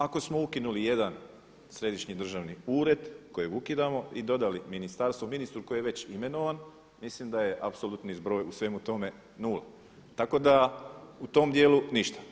Ako smo ukinuli jedan središnji državni ured kojeg ukidamo i dodali ministarstvo ministru koji je već imenovan mislim da je apsolutno zbroj u svemu tome 0. Tako da u tom djelu ništa.